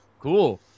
cool